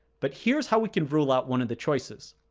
but, here's how we can rule out one of the choices.